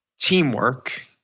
Teamwork